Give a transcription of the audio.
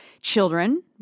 children